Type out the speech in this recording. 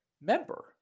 member